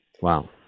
Wow